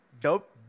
Dope